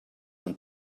and